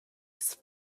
was